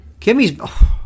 Kimmy's